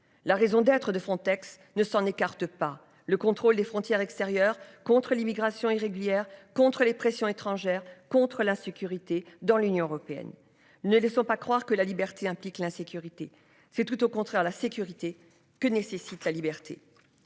la raison d'être de Frontex ne s'en écarte pas le contrôle des frontières extérieures contre l'immigration irrégulière contre les pressions étrangères contre l'insécurité dans l'Union européenne. Ne laissons pas croire que la liberté implique l'insécurité c'est tout au contraire la sécurité que nécessite la liberté.